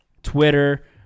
Twitter